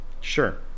Sure